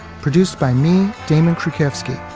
produced by me, damon krukowski,